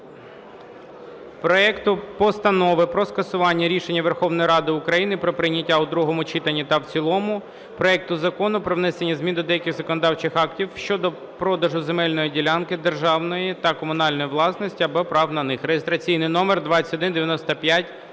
проекту Постанови про скасування рішення Верховної Ради України про прийняття у другому читанні та в цілому проекту Закону про внесення змін до деяких законодавчих актів щодо продажу земельних ділянок державної та комунальної власності або прав на них (реєстраційний номер 2195-П).